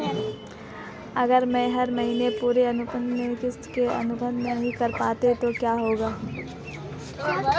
अगर मैं हर महीने पूरी अनुमानित किश्त का भुगतान नहीं कर पाता तो क्या होगा?